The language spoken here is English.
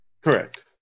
Correct